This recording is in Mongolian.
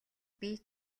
бие